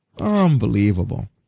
Unbelievable